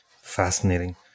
Fascinating